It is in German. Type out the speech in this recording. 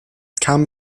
kam